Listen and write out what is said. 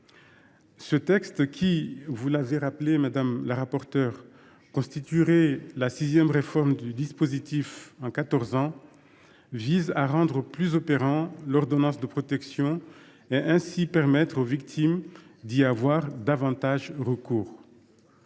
Ce texte, qui, vous l’avez rappelé, madame la rapporteure, constituerait la sixième réforme du dispositif en quatorze ans, a pour objet de rendre plus opérante l’ordonnance de protection et ainsi de permettre aux victimes d’y avoir davantage recours.